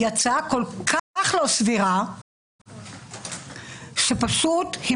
זאת הצעה כל כך לא סבירה שפשוט היא